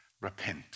repent